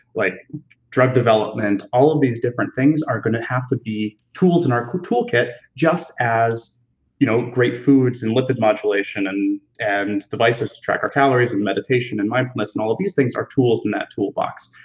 like drug development all of these different things are going to have to be tools in our toolkit just as you know great foods and lifted modulation and and devices to track our calories and meditation and mindfulness and all of these things are tools in that toolbox.